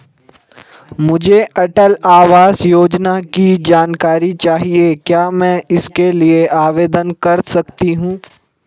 मुझे अटल आवास योजना की जानकारी चाहिए क्या मैं इसके लिए आवेदन कर सकती हूँ?